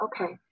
Okay